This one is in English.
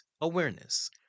awareness